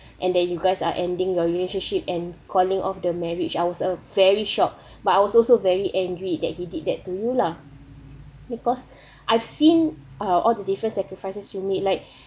and then you guys are ending your relationship and calling of the marriage I was uh very shocked but I was also very angry that he did that to you lah because I've seen uh all the different sacrifices you made like